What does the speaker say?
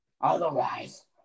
Otherwise